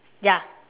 ya